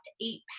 eight